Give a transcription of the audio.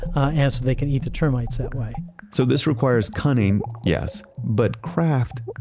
and they can eat the termites that way so this requires cunning, yes. but craft?